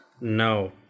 No